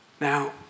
Now